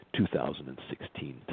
2016